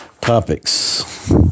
topics